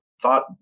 thought